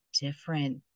different